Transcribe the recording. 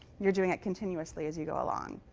you're doing it continuously as you go along.